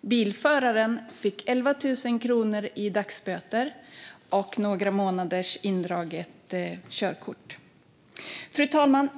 Bilföraren fick 11 000 kronor i dagsböter och några månaders indraget körkort. Fru talman!